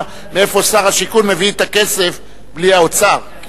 מאיפה שר השיכון מביא את הכסף בלי האוצר.